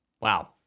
wow